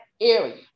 area